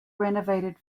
renovated